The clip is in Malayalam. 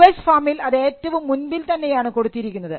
യു എസ് ഫോമിൽ അത് ഏറ്റവും മുൻപിൽ തന്നെയാണ് കൊടുത്തിരിക്കുന്നത്